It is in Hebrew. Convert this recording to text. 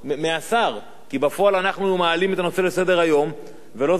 כי בפועל אנחנו מעלים את הנושא לסדר-היום ולא זוכים לתשובות של השר.